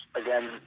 again